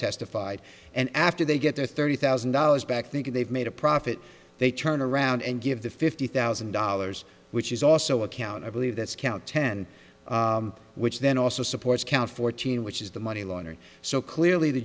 testified and after they get their thirty thousand dollars back thinking they've made a profit they turn around and give the fifty thousand dollars which is also a count i believe that's count ten which then also supports count fourteen which is the money laundering so clearly the